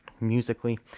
musically